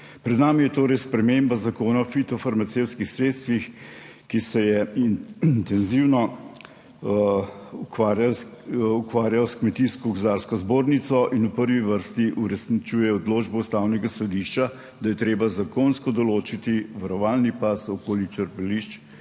Pred nami je torej sprememba Zakona o fitofarmacevtskih sredstvih, s katero se je intenzivno ukvarjala Kmetijsko gozdarska zbornica in v prvi vrsti uresničuje odločbo Ustavnega sodišča, da je treba zakonsko določiti varovalni pas okoli črpališč